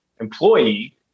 employee